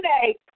today